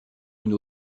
une